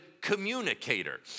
communicator